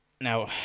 Now